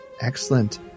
excellent